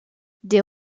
les